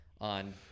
on